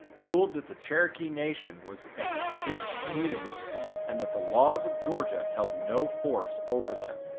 ruled that the cherokee nation was a distinct community and that the laws of georgia held no force over them.